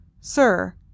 Sir